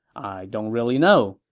i don't really know,